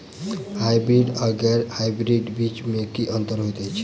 Hybrids आ गैर hybrids बीज म की अंतर होइ अछि?